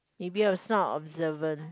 maybe I was not observant